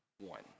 one